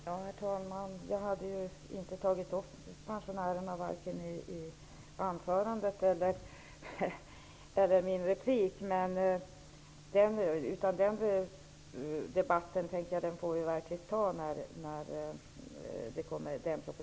Herr talman! Jag har inte berört pensionärernas situation vare sig i mitt anförande eller i min replik. Den debatten får vi ta när den propositionen behandlas.